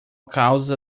causa